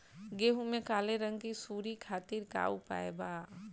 गेहूँ में काले रंग की सूड़ी खातिर का उपाय बा?